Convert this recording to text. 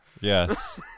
Yes